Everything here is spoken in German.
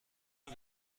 mal